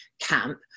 camp